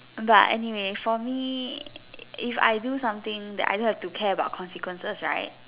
but anyway for me if I do something I don't have to care about consequences right